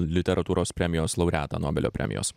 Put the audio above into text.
literatūros premijos laureatą nobelio premijos